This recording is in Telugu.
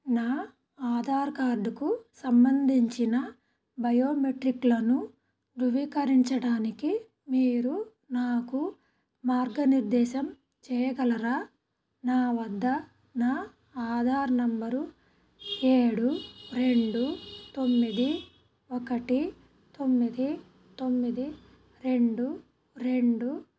నా ఆధార్ కార్డ్కు సంబంధించిన బయోమెట్రిక్లను ధృవీకరించడానికి మీరు నాకు మార్గనిర్దేశం చేయగలరా నా వద్ద నా ఆధార్ నెంబరు ఏడు రెండు తొమ్మిది ఒకటి తొమ్మిది తొమ్మిది రెండు రెండు